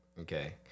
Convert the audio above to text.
Okay